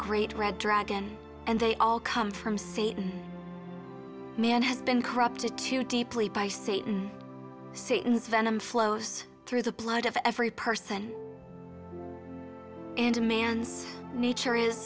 great red dragon and they all come from satan man has been corrupted too deeply by satan satan phenom flows through the blood of every person and a man's nature is